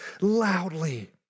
loudly